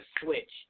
switch